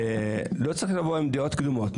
לא צריך לבוא עם דעות קדומות.